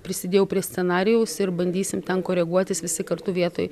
prisidėjau prie scenarijaus ir bandysim ten koreguotis visi kartu vietoj